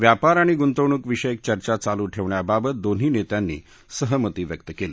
व्यापार आणि गुंतवणूकविषयक चर्चा चालू ठेवण्याबाबत दोन्ही नेत्यांनी सहमती व्यक्त केली